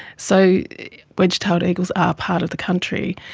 so wedge tailed eagles are part of the country.